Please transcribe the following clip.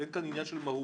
אין כאן עניין של מהות.